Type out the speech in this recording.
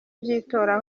by’itora